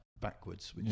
backwards